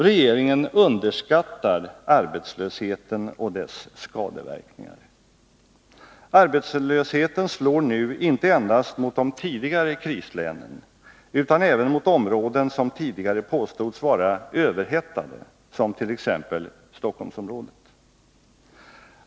Regeringen underskattar arbetslösheten och dess skadeverkningar. Arbetslösheten slår nu inte endast mot de tidigare krislänen, utan även mot områden som tidigare påstods vara ”överhettade”, t.ex. Stockholmsområ det.